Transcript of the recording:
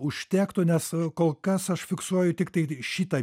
užtektų nes kol kas aš fiksuoju tiktai šitą